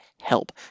help